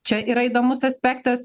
čia yra įdomus aspektas